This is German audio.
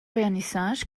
vernissage